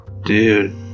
dude